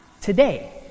today